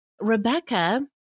Rebecca